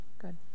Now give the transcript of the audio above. good